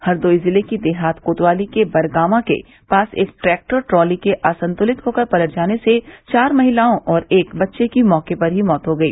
हरदोई ज़िले की देहात कोतवाली के बरगावां के पास एक ट्रैक्टर ट्रॉली के असंतुलित होकर पलट जाने से चार महिलाओं और एक बच्चे की मौके पर ही मौत हो गई